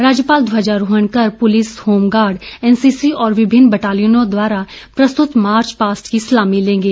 राज्यपाल ध्वजारोहण कर पुलिस होमगार्ड एनसीसी और विभिन्न बटालियनों द्वारा प्रस्तुत मार्च पास्ट की सलामी लेंगे